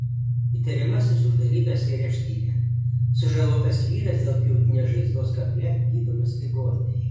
įtariamasis uždarytas į areštinę sužalotas vyras dėl pjautinės žaizdos kakle gydomas ligoninėje